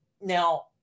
Now